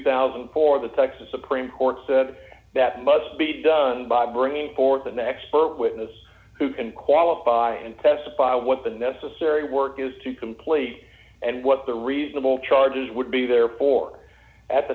thousand and four of the texas supreme court said that must be done by bringing forth an expert witness who can qualify and testify what the necessary work is to complete and what the reasonable charges would be therefore at the